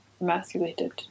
emasculated